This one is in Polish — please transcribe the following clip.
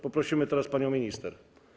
Poprosimy teraz panią minister.